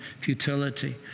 futility